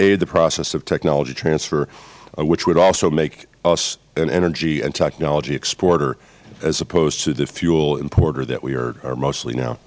aid the process of technology transfer which would also make us an energy and technology exporter as opposed to this fuel importer that we are mostly now